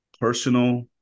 personal